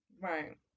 Right